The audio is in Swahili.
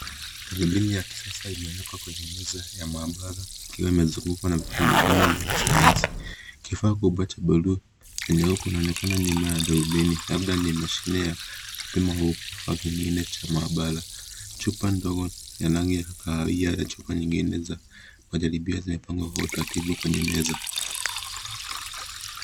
Darubini ya kisasa imewekwa kwenye meza ya maabara ikiwa imezungukwa na vifaa vingine vya kisayansi. Kifaa kubwa cha bluu na nyeupe, inaonekana nyuma ya darubini, labda ni mashine ya kupima au kifaa kingine cha maabara. Chupa ndogo ya rangi ya kahawia, na chupa nyingine za majaribio zimepangwa kwa utaratibu kwenye meza.